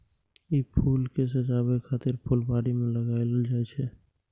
ई फूल कें सजाबै खातिर फुलबाड़ी मे लगाएल जाइ छै